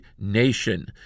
nation